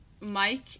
Mike